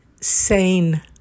sane